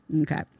Okay